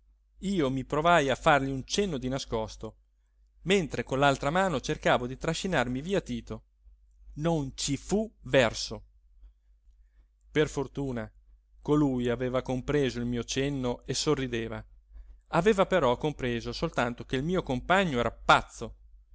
io mi provai a fargli un cenno di nascosto mentre con l'altra mano cercavo di trascinarmi via tito non ci fu verso per fortuna colui aveva compreso il mio cenno e sorrideva aveva però compreso soltanto che il mio compagno era pazzo